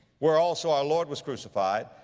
where also our lord was crucified.